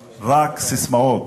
ש"אנחנו חברתיים" זה רק ססמאות,